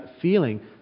feeling